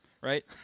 right